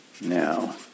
now